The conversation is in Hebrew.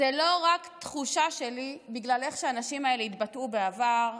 זאת לא רק תחושה שלי בגלל איך שהאנשים האלה התבטאו בעבר,